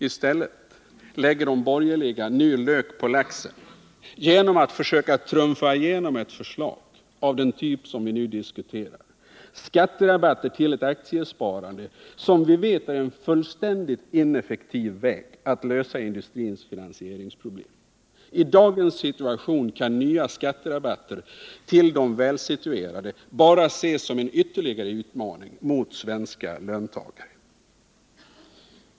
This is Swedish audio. I stället lägger de borgerliga nu lök på laxen genom att försöka trumfa igenom förslag av den typ som vi nu diskuterar, skatterabatter för ett aktiesparande som vi vet är en fullständigt ineffektiv väg för att lösa industrins finansieringsproblem. I dagens situation kan nya skatterabatter till de välsituerade bara ses som en ytterligare utmaning mot svenska löntagare.